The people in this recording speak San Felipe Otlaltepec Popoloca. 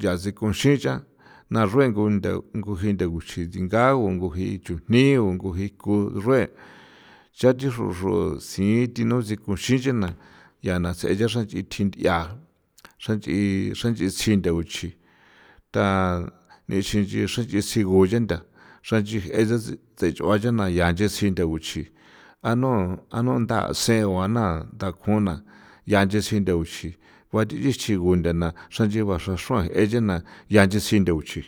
xya tsikjon s'icha na xruengu nda nguji ndaguchi tsingao nguji chujni o nguji kuxrue xrathi xruxru sithinu sikon sinchena ya na se' xranch'i thi nth'ia xranch'i xranch'i sintha guchi ta nixin nchi xranch'i sigu chenta xranch'i ese tsech'ua chena ya nche sintha guchi an no an no ntha seo a na takjona ya nchi sinde guchi juathi ichi gundana xran nch'i ba xraxr'uan exena ya sinda guchi.